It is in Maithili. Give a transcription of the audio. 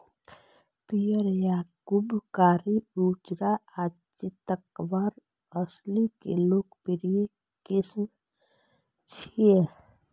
पीयर, याकूब, कारी, उज्जर आ चितकाबर असील के लोकप्रिय किस्म छियै